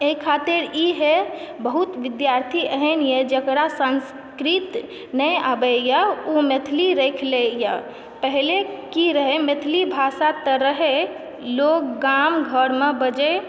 एहि खातिर इहे बहुत विद्यार्थी एहनए जेकरा संस्कृत नहि आबयए ओ मैथिली राखि लयए पहिले की रहय मैथिली भाषा तऽ रहय लोग गाम घरमे बजय